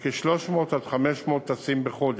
ב-300 500 טסים בחודש.